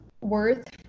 worth